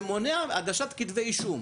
שמונעת הגשת כתב אישום.